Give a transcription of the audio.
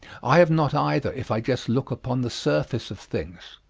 i have not either, if i just look upon the surface of things.